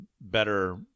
better